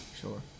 sure